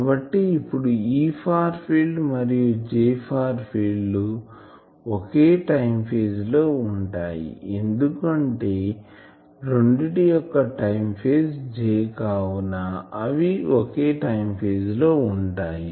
కాబట్టి ఇప్పుడు E far field మరియు H ఫార్ ఫిల్డ్ ఒకే టైం ఫేజ్ లో ఉంటాయి ఎందుకు అంటే రెండిటి యొక్క టైం ఫేజ్ J కావున అవి ఒకే టైం ఫేజ్ లో ఉంటాయి